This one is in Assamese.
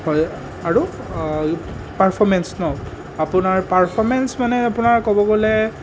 হয় আৰু পাৰ্ফমেন্স ন আপোনাৰ পাৰ্ফমেন্স মানে আপোনাৰ ক'ব গ'লে